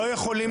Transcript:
לא יכולים